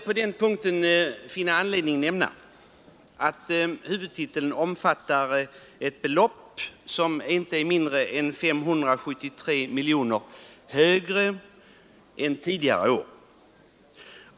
Jag finner anledning erinra om att huvudtiteln omfattar ett belopp som är inte mindre än 573 miljoner kronor högre än tidigare år.